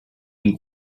den